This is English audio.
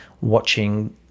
watching